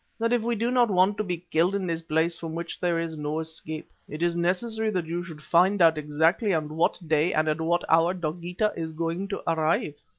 that if we do not want to be killed in this place from which there is no escape, it is necessary that you should find out exactly on what day and at what hour dogeetah is going to arrive.